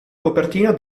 copertina